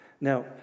Now